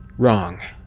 wrong.